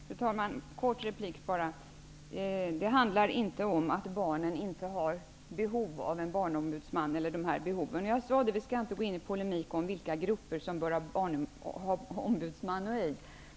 Fru talman! Kort replik bara. Det handlar inte om att barnen inte har behov av en ombudsman. Jag sade att vi inte skall gå in i polemik om vilka grupper som bör eller inte bör ha ombudsman.